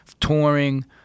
touring